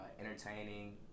Entertaining